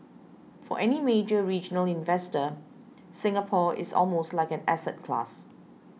for any major regional investor Singapore is almost like an asset class